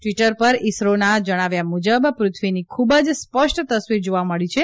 Twitter પર ઈસરોના જણાવ્યા મુજબ પૃથ્વીની ખુબ જ સ્પષ્ટ તસવીર જાવા મળી છે